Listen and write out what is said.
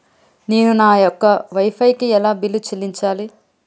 నేను నా యొక్క వై ఫై కి ఎలా బిల్లు చెల్లించాలి?